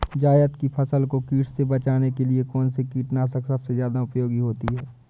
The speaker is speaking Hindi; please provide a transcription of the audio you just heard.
जायद की फसल को कीट से बचाने के लिए कौन से कीटनाशक सबसे ज्यादा उपयोगी होती है?